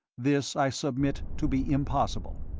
this i submit to be impossible.